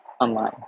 online